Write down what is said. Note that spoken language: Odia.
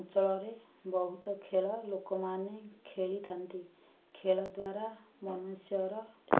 ଅଞ୍ଚଳରେ ବହୁତ ଖେଳ ଲୋକମାନେ ଖେଳିଥାନ୍ତି ଖେଳ ଦ୍ୱାରା ମନୁଷ୍ୟର